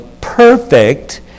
perfect